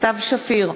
סתיו שפיר,